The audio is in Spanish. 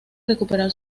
recuperar